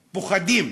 פוחדים.